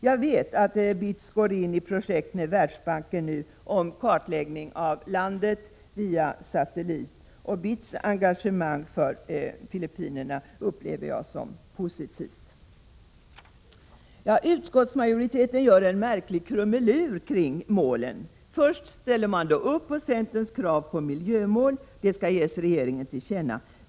Jag vet att BITS nu går in i ett projekt med Världsbanken om kartläggning av landet via satellit. BITS engagemang för Filippinerna upplever jag som positivt. Utskottsmajoriteten gör en märklig krumelur kring målen. Först ställer man upp på centerns krav på miljömål — det skall ges regeringen till känna.